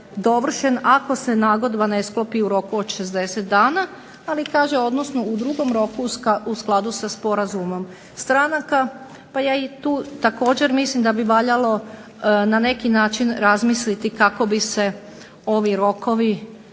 dovršen ako se nagodba ne sklopi u roku od 60 dana. Ali kaže odnosno u drugom roku u skladu sa sporazumom stranaka. Pa ja tu također mislim da bi valjalo na neki način razmisliti kako bi se ovi rokovi